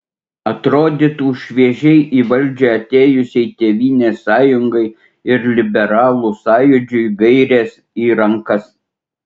atrodytų šviežiai į valdžią atėjusiai tėvynės sąjungai ir liberalų sąjūdžiui gairės į rankas